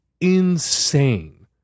insane